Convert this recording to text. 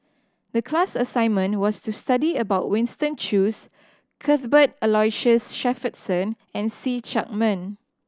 the class assignment was to study about Winston Choos Cuthbert Aloysius Shepherdson and See Chak Mun